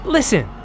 Listen